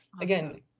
again